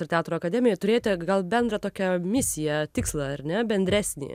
ir teatro akademiją turėjote gal bendrą tokią misiją tikslą ar ne bendresnį